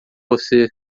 você